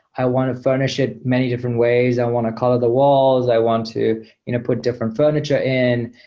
i want to furnish it many different ways. i want to color the walls. i want to you know put different furniture in.